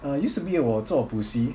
uh used to be uh 我做补习